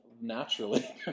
Naturally